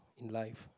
in life